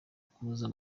kuza